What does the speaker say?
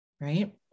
Right